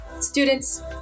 students